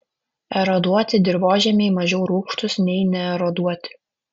eroduoti dirvožemiai mažiau rūgštūs nei neeroduoti